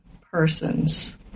persons